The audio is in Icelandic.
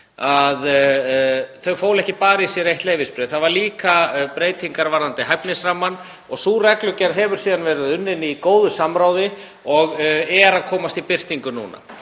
minni, fólu ekki bara í sér eitt leyfisbréf. Það voru líka gerðar breytingar varðandi hæfnisrammann og sú reglugerð hefur síðan verið unnin í góðu samráði og er að komast í birtingu núna.